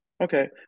okay